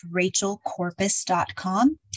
rachelcorpus.com